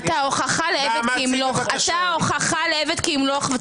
אתה ההוכחה לעבד כי ימלוך.